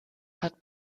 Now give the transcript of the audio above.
hat